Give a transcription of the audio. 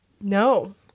no